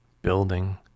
building